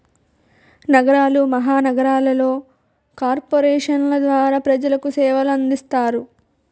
నగరాలు మహానగరాలలో కార్పొరేషన్ల ద్వారా ప్రజలకు సేవలు అందిస్తారు